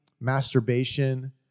masturbation